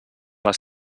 les